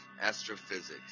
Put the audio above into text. astrophysics